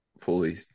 fully